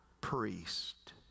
priest